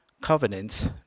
covenants